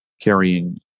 carrying